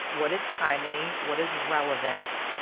what is timely? what is relevant?